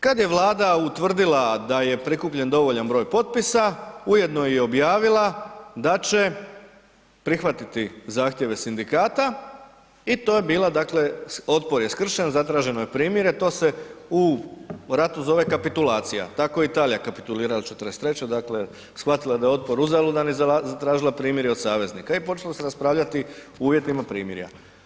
Kad je Vlada utvrdila da je prikupljen dovoljan broj potpisa, ujedno je i objavila da će prihvatiti zahtjeve sindikata i to je bila, dakle otpor je skršen, zatraženo je primirje, to se u ratu zove kapitulacija, tako je Italija kapitulirala '43., dakle shvatila je da je otpor uzaludan i zatražila primirje od saveznika i počelo se raspravljati o uvjetima primirja.